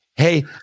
Hey